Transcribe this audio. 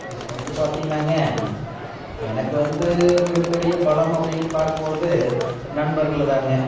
இப்போ வந்து பார்த்திங்கனாங்க எனக்கு வந்து மிகப்பெரிய பலம் அப்படினு பார்க்கும்பொழுது நண்பர்கள்தான்ங்க